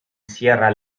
sierra